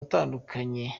atandukanye